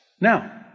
Now